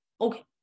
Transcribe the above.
okay